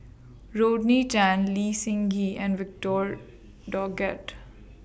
Rodney Tan Lee Seng Gee and Victor Doggett